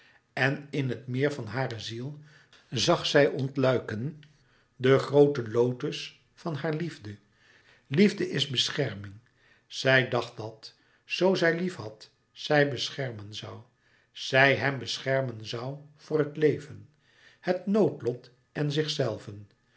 en in het meer van hare ziel zag zij ontluiken de groote lotos van hare liefde louis couperus metamorfoze liefde is bescherming zij dacht dat zoo zij liefhad zij beschermen zoû zij hèm beschermen zoû voor het leven het noodlot en zichzelven